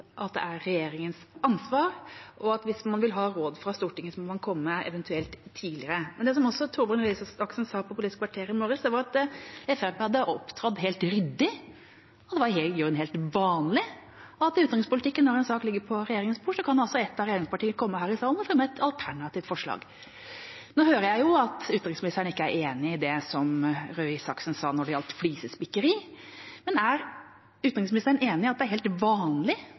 at det er regjeringens ansvar, og at hvis man vil ha råd fra Stortinget, må man eventuelt komme tidligere. Men det som Torbjørn Røe Isaksen også sa i Politisk kvarter i morges, var at Fremskrittspartiet hadde opptrådt helt ryddig, at det i grunn er helt vanlig, og at i utenrikspolitikken, når en sak ligger på regjeringens bord, kan altså et av regjeringspartiene komme her i salen og fremme et alternativt forslag. Nå hører jeg jo at utenriksministeren ikke er enig i det som Røe Isaksen sa når det gjaldt flisespikkeri, men er utenriksministeren enig i at det er helt vanlig